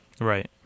Right